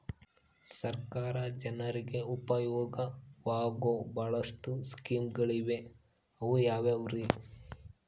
ಸರ್ಕಾರ ಜನರಿಗೆ ಉಪಯೋಗವಾಗೋ ಬಹಳಷ್ಟು ಸ್ಕೇಮುಗಳಿವೆ ಅವು ಯಾವ್ಯಾವ್ರಿ?